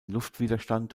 luftwiderstand